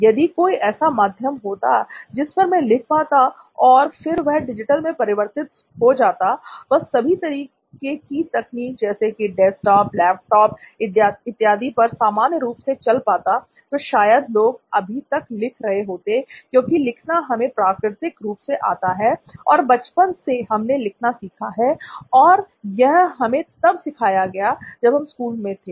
यदि कोई ऐसा माध्यम होता जिस पर मैं लिख पाता और फिर वह डिजिटल में परिवर्तित हो जाता व सभी तरीके की तकनीक जैसे कि डेस्कटॉप लैपटॉप इत्यादि पर सामान्य रूप से चल पाता तो शायद लोग अभी तक लिख रहे होते क्योंकि लिखना हमें प्राकृतिक रूप से आता है और बचपन से हमने लिखना सीखा है और यह हमें तब सिखाया गया जब हम स्कूल में थे